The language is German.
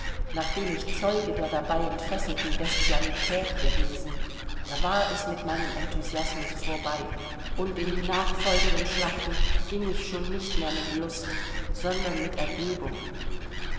nachdem ich zeuge der dabei entfesselten bestialität gewesen da war es mit meinem enthusiasmus vorbei und in die nachfolgenden schlachten ging ich schon nicht mehr mit lust sondern mit ergebung